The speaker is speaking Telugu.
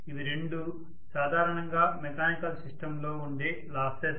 ఇవి రెండు సాధారణంగా మెకానికల్ సిస్టం లో ఉండే లాసెస్